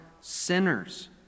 sinners